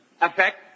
effect